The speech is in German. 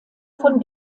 von